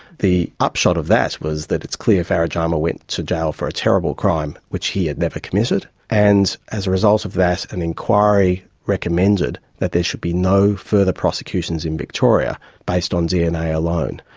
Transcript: the upshot of that was that it's clear farah jama went to jail for a terrible crime which he had never committed, and as a result of that an inquiry recommended that there should be no further prosecutions in victoria based on dna alone.